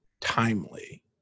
timely